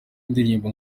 indirimbo